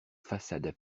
façades